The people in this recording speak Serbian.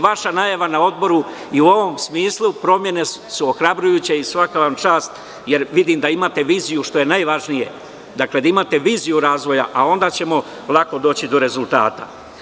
Vaša najava na Odboru je u ovom smislu, promene su ohrabrujuća i svaka vam čast, jer vidim da imate viziju, što je najvažnije, da imate viziju razvoja, a onda ćemo lako doći do rezultata.